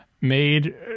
made